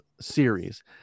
series